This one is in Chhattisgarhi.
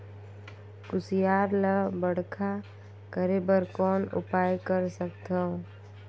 कुसियार ल बड़खा करे बर कौन उपाय कर सकथव?